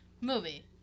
movie